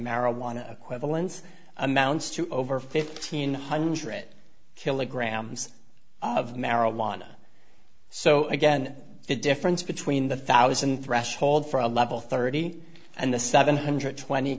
acquittal and amounts to over fifteen hundred kilograms of marijuana so again the difference between the thousand threshold for a level thirty and the seven hundred twenty